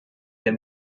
der